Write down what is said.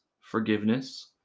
forgiveness